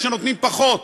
שנותנים פחות,